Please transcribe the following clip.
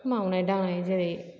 मावनाय दांनाय जेरै